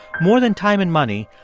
more than time and money,